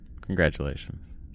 Congratulations